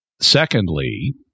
Secondly